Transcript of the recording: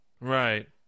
Right